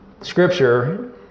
Scripture